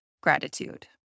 gratitude